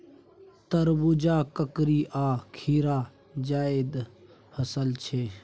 तरबुजा, ककरी आ खीरा जाएद फसल छै